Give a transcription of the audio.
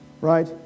right